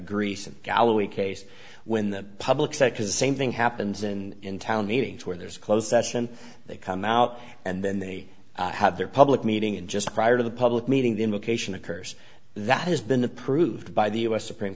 greece and galloway case when the public sector the same thing happens in town meetings where there's a closed session they come out and then they have their public meeting and just prior to the public meeting the invocation occurs that has been approved by the u s supreme